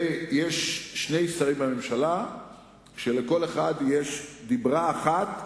יש שני שרים בממשלה שלכל אחד יש דיבר אחד,